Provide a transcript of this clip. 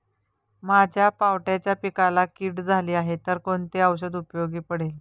माझ्या पावट्याच्या पिकाला कीड झाली आहे तर कोणते औषध उपयोगी पडेल?